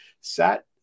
sat